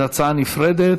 זאת הצעה נפרדת,